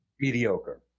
mediocre